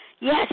Yes